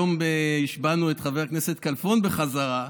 היום השבענו את חבר הכנסת כלפון בחזרה,